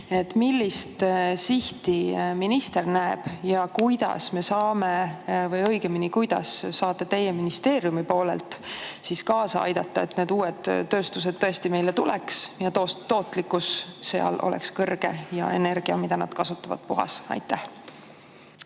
Millist sihti minister näeb? Ja kuidas saame meie või õigemini, kuidas saate teie ministeeriumis kaasa aidata, et uued tööstused meile tuleks, tootlikkus seal oleks kõrge ja energia, mida nad kasutavad, puhas? Aitäh,